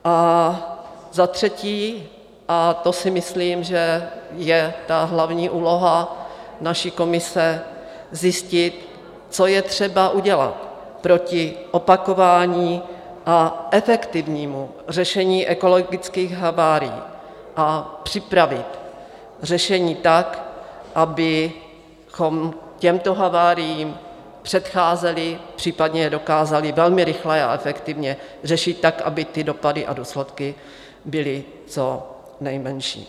A za třetí, a to si myslím, že je hlavní úloha naší komise, zjistit, co je třeba udělat proti opakování a efektivnímu řešení ekologických havárií (?) a připravit řešení tak, abychom těmto haváriím předcházeli, případně je dokázali velmi rychle a efektivně řešit tak, aby dopady a důsledky byly co nejmenší.